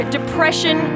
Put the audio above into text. Depression